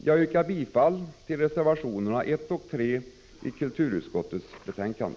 Jag yrkar bifall till reservationerna 1 och 3 i kulturutskottets betänkande.